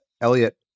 Elliot